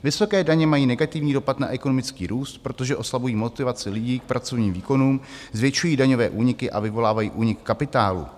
Vysoké daně mají negativní dopad na ekonomický růst, protože oslabují motivaci lidí k pracovním výkonům, zvětšují daňové úniky a vyvolávají únik kapitálu.